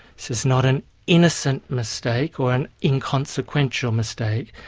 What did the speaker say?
this is not an innocent mistake, or an inconsequential mistake,